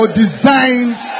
designed